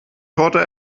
torte